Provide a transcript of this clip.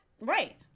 Right